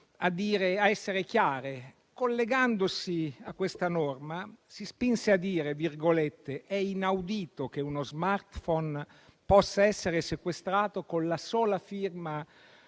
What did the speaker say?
a essere chiare: collegandosi a questa norma, si spinse a dire come sia inaudito che uno *smartphone* possa essere sequestrato con la sola firma